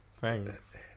Thanks